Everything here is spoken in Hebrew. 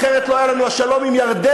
אחרת לא היה לנו השלום עם ירדן,